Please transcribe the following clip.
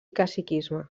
caciquisme